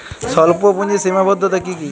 স্বল্পপুঁজির সীমাবদ্ধতা কী কী?